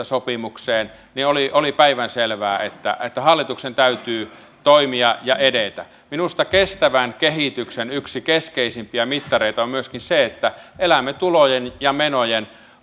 sopimukseen niin oli oli päivänselvää että että hallituksen täytyy toimia ja edetä minusta kestävän kehityksen yksi keskeisimpiä mittareita on myöskin se että elämme tulojen ja menojen